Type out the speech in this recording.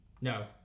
No